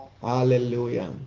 Hallelujah